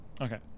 Okay